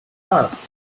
ask